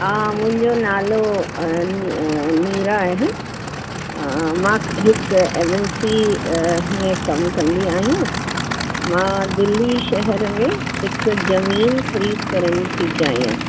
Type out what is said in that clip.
हा मुंहिंजो नालो मीरा आहे मां हिकु एम एन सी में कमु कंदी आहियां मां दिल्ली शहर में हिकु ज़मीन ख़रीदु करण थी चाहियां